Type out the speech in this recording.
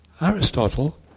Aristotle